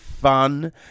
fun